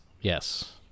Yes